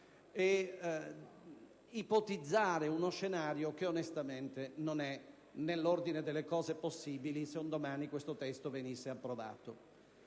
ed ipotizzare uno scenario che onestamente non sarebbe nell'ordine delle cose possibili se un domani questo testo venisse approvato.